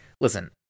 listen